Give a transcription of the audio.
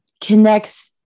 connects